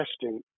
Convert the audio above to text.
testing